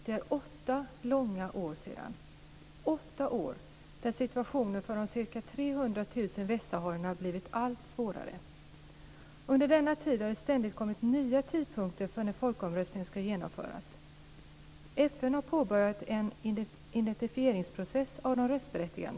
Det är åtta långa år sedan - åtta år då situationen för de ca 300 000 västsaharerna har blivit allt svårare. Under denna tid har det ständigt kommit nya tidpunkter för när folkomröstningen ska genomföras. FN har påbörjat en identifieringsprocess av de röstberättigade.